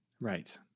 Right